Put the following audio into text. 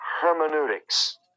hermeneutics